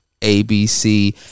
ABC